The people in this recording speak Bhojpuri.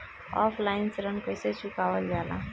ऑफलाइन ऋण कइसे चुकवाल जाला?